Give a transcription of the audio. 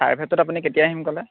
চাৰ্ভেটোত আপুনি কেতিয়া আহিম ক'লে